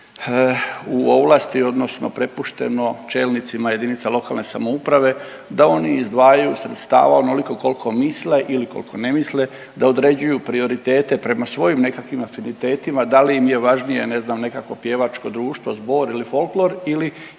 u ovlasti odnosno prepušteno čelnicima jedinica lokalne samouprave da oni izdvajaju sredstava onoliko koliko misle ili koliko ne misle, da određuju prioritete prema svojim nekakvim afinitetima da li je važnije ne znam nekakvo pjevačko društvo, zbor ili folklor ili,